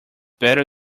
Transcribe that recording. better